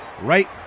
right